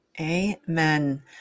Amen